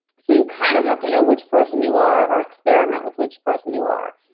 so, you kind of have to know which person you are or experiment with which person you are.